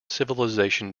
civilization